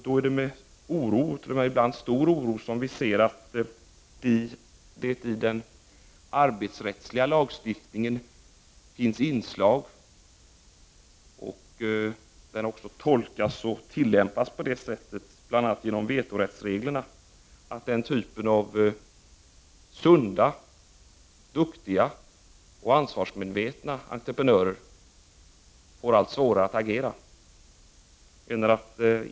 Det är därför med stor oro — ibland t.o.m. stor oro — som vi ser att det i den arbetsrättsliga lagstiftningen finns sådana inslag som vetorättsregler, som tolkas och tillämpas på det sättet att sunda, duktiga och ansvarsmedvetna entreprenörer får allt svårare att agera.